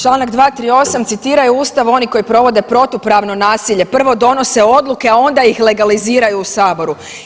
Članak 238., citiraju Ustav oni koji provode protupravno nasilje, prvo donose odluke, a onda ih legaliziraju u saboru.